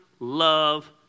Love